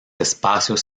espacios